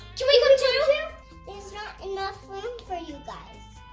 can we come too? there's not enough room for you guys.